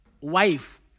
wife